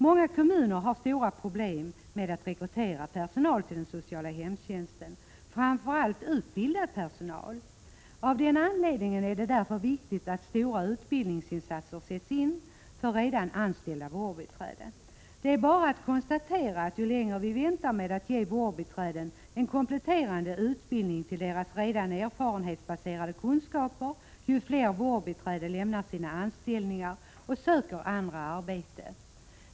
Många kommuner har stora problem med att rekrytera personal till den sociala hemtjänsten. Framför allt gäller detta utbildad personal. Av den 89 anledningen är det viktigt att stora utbildningsinsatser sätts in för redan anställda vårdbiträden. Det är bara att konstatera att ju längre vi väntar med att ge vårdbiträdena en utbildning som komplettering till deras erfarenhetsbaserade kunskaper, desto fler vårdbiträden lämnar sina anställningar och söker andra arbeten.